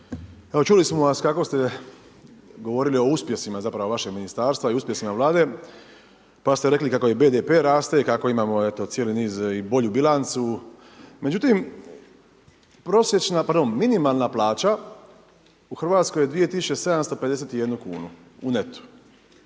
Evo čuli smo vas kako ste govorili o uspjesima zapravo vašeg ministarstva i uspjesima Vlade pa ste rekli kako i BDP raste i kako imamo cijeli niz i bolju bilancu, međutim prosječna, zapravo minimalna plaća u Hrvatskoj je 2751 kunu u netu.